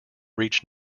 reach